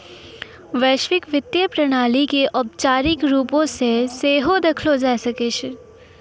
वैश्विक वित्तीय प्रणाली के औपचारिक रुपो से सेहो देखलो जाय सकै छै